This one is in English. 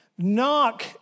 Knock